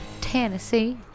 Tennessee